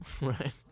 Right